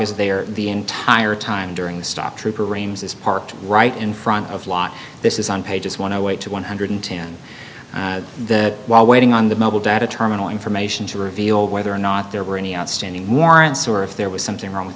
is there the entire time during the stop trooper rames is parked right in front of lot this is on pages one away to one hundred and ten the while waiting on the mobile data terminal information to reveal whether or not there were any outstanding warrants or if there was something wrong with